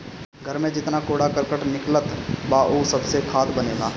घर में जेतना कूड़ा करकट निकलत बा उ सबसे खाद बनेला